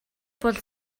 бол